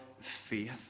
faith